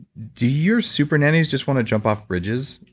do your super nannies just want to jump off bridges?